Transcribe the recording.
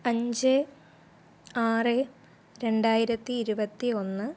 അഞ്ച് ആറ് രണ്ടായിരത്തി ഇരുപത്തി ഒന്ന്